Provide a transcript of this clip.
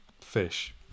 fish